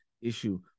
issue